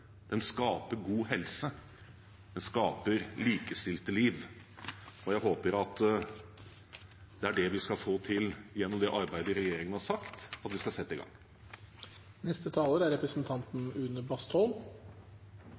den skaper god helse, den skaper likestilte liv. Og jeg håper at det er det vi skal få til gjennom det arbeidet regjeringen har sagt at vi skal sette i gang.